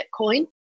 Bitcoin